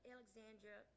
Alexandria